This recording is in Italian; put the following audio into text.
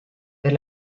per